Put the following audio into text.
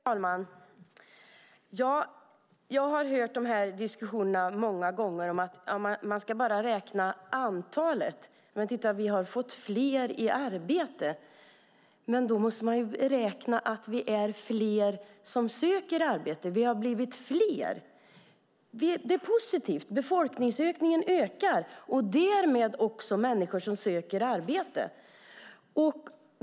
Herr talman! Jag har många gånger hört de här diskussionerna om att man bara ska räkna antalet: Titta vi har fått fler i arbete! Men då måste man räkna med att vi är fler som söker arbete, att vi har blivit fler. Det är positivt - befolkningen ökar, och därmed också antalet människor som söker arbete.